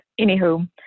anywho